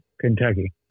Kentucky